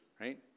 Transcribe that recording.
right